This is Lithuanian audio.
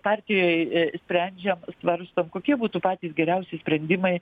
partijoj ė sprendžiam svarstom kokie būtų patys geriausi sprendimai